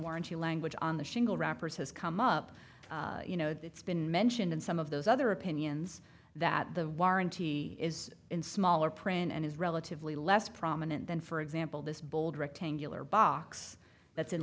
warranty language on the shingle wrappers has come up you know it's been mentioned in some of those other opinions that the warranty is in smaller print and is relatively less prominent than for example this bold rectangular box that's in